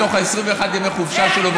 מתוך 21 ימי החופשה שלו,